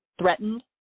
threatened